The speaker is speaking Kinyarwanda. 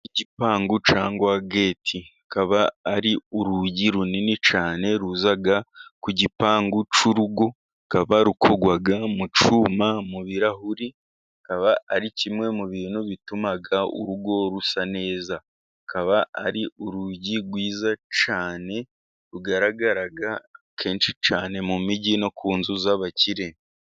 Igipangu cyagwa geti akaba ari urugi runini cyane ruza ku gipangu cyangwa urugo, rukaba rukorwa mu cyuma, mu birahuri. Akaba ari kimwe mu bintu bituma urugo rusa neza, akaba ari urugi rwiza cyane rugaragara kenshi cyane mu mijyi no ku nzu z'abakire.